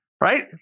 Right